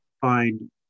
find